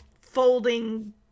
folding